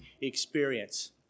experience